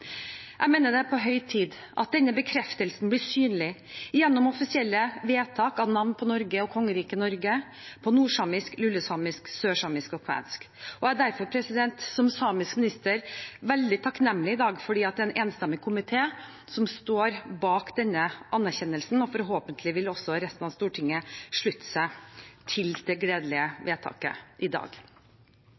Jeg mener det er på høy tid at denne bekreftelsen blir synlig gjennom offisielle vedtak av navn på Norge og Kongeriket Norge på nordsamisk, lulesamisk, sørsamisk og kvensk. Som samisk minister er jeg veldig takknemlig i dag fordi en enstemmig komité står bak denne anerkjennelsen, og forhåpentligvis vil resten av Stortinget slutte seg til det gledelige vedtaket i dag.